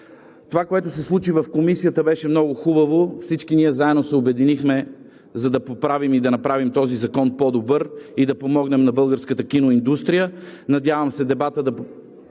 Това, което се случи в Комисията, беше много хубаво, всички ние заедно се обединихме, за да поправим и да направим този закон по-добър и да помогнем на българската киноиндустрия. Надявам се дебатът да